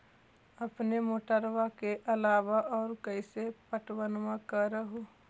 अपने मोटरबा के अलाबा और कैसे पट्टनमा कर हू?